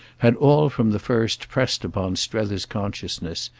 had all from the first pressed upon strether's consciousness,